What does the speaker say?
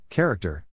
Character